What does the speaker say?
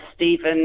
Stephen